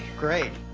great.